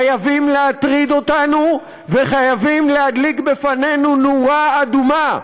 חייבים להטריד אותנו וחייבים להדליק בפנינו נורה אדומה.